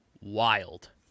wild